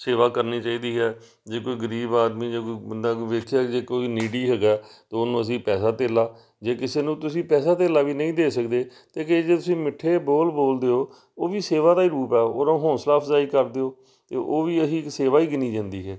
ਸੇਵਾ ਕਰਨੀ ਚਾਹੀਦੀ ਹੈ ਜੇ ਕੋਈ ਗਰੀਬ ਆਦਮੀ ਜੇ ਕੋਈ ਬੰਦਾ ਕੋਈ ਵੇਖਿਆ ਜੇ ਕੋਈ ਨੀਡੀ ਹੈਗਾ ਤਾਂ ਉਹਨੂੰ ਅਸੀਂ ਪੈਸਾ ਧੇਲਾ ਜੇ ਕਿਸੇ ਨੂੰ ਤੁਸੀਂ ਪੈਸਾ ਧੇਲਾ ਵੀ ਨਹੀਂ ਦੇ ਸਕਦੇ ਤਾਂ ਕਿਸੇ ਨੂੰ ਜੇ ਤੁਸੀਂ ਮਿੱਠੇ ਬੋਲ ਬੋਲ ਦਿਓ ਉਹ ਵੀ ਸੇਵਾ ਦਾ ਹੀ ਰੂਪ ਆ ਉਹਨੂੰ ਹੌਸਲਾ ਅਫਜਾਈ ਕਰ ਦਿਓ ਤਾਂ ਉਹ ਵੀ ਅਸੀਂ ਇੱਕ ਸੇਵਾ ਹੀ ਗਿਣੀ ਜਾਂਦੀ ਹੈ